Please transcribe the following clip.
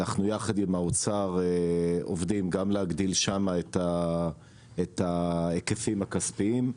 אנחנו ביחד עם האוצר עובדים גם להגדיל שם את ההיקפים הכספיים.